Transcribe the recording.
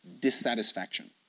dissatisfaction